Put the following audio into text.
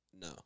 No